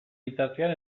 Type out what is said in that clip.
bitartean